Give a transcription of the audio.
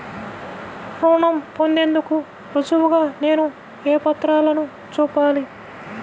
రుణం పొందేందుకు రుజువుగా నేను ఏ పత్రాలను చూపాలి?